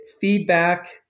feedback